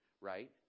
right